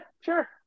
sure